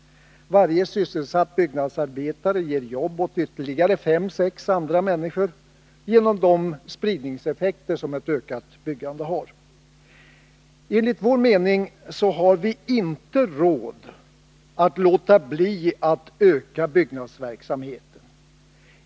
Varje sysselsatt byggnadsarbetare ger jobb åt ytterligare fem sex andra människor genom de spridningseffekter som ett ökat byggande har. Enligt vår mening har vi inte råd att låta bli att öka byggnadsverksamheten.